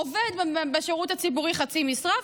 עובד בשירות הציבורי חצי משרה,